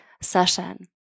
session